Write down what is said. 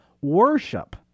Worship